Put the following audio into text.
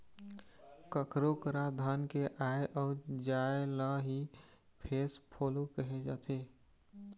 कखरो करा धन के आय अउ जाय ल ही केस फोलो कहे जाथे